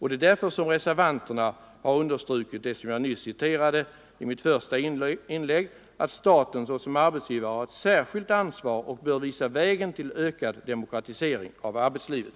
Det är därför reservanterna har understrukit det som jag citerade i mitt första inlägg, att staten som arbetsgivare har ett särskilt ansvar och bör visa vägen till ökad demokratisering av arbetslivet.